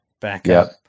backup